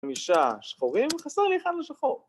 ‫תמישה שחורים, חסר לי אחד לשחור.